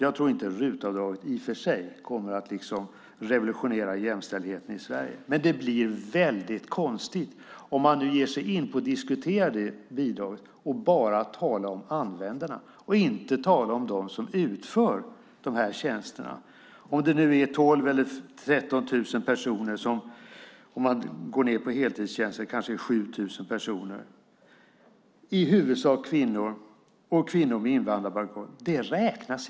Jag tror inte att RUT-avdraget kommer att revolutionera jämställdheten i Sverige, men det blir väldigt konstigt om man ger sig in på att diskutera det bidraget och bara talar om användarna och inte om dem som utför de här tjänsterna. Det räknas uppenbarligen inte att det är 12 000 eller 13 000 personer, och kanske 7 000 om man går ned på heltidstjänster, och det är i huvudsak kvinnor med invandrarbakgrund.